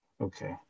Okay